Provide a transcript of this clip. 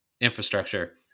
infrastructure